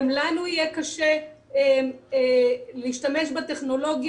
גם לנו יהיה קשה להשתמש בטכנולוגיה.